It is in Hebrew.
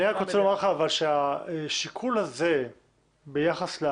אני רק רוצה לומר לך שהשיקול הזה ביחס ל